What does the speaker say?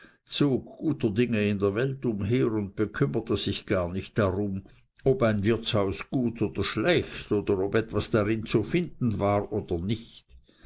zog guter dinge in der welt umher und bekümmerte sich gar nicht darum ob ein wirtshaus gut oder schlecht und ob etwas darin zu finden war oder nicht